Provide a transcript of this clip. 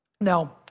Now